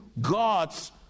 God's